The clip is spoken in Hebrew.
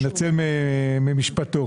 להינצל ממשפטו.